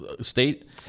state